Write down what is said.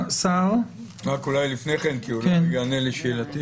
אולי לפני כן אולי יענה לשאלתי